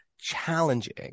challenging